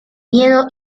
miedo